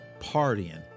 partying